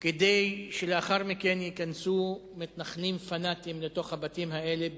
כדי שלאחר מכן ייכנסו מתנחלים פנאטים לתוך הבתים האלה,